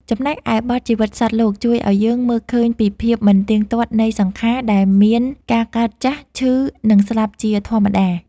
ចំណែកឯបទ ជីវិតសត្វលោក ជួយឱ្យយើងមើលឃើញពីភាពមិនទៀងទាត់នៃសង្ខារ ដែលមានការកើត ចាស់ ឈឺ និងស្លាប់ជាធម្មតា។